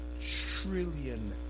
trillion